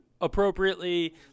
appropriately